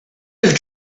have